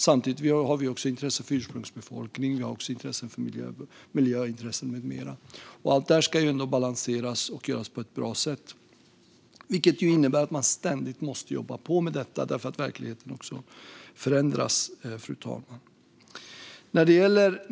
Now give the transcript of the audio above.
Samtidigt finns ursprungsbefolkningens intressen, miljöintressen med mera. Allt det här ska balanseras och göras på ett bra sätt. Detta måste man ständigt jobba på med eftersom verkligheten förändras, fru talman.